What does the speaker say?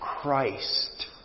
Christ